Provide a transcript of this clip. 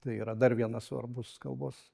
tai yra dar vienas svarbus kalbos